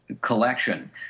collection